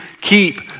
keep